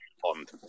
Bond